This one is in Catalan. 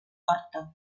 horta